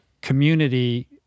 community